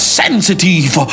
sensitive